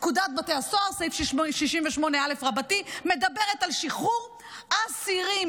פקודת בתי הסוהר בסעיף 68א מדברת על שחרור אסירים